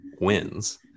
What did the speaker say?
wins